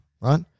right